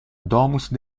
domus